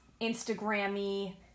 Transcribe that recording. Instagram-y